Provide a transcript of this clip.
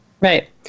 Right